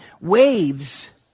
waves